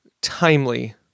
timely